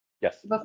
Yes